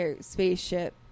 Spaceship